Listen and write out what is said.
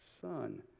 Son